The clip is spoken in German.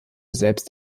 selbst